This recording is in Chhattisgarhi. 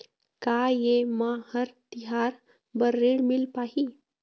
का ये म हर तिहार बर ऋण मिल पाही?